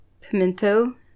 pimento